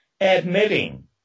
admitting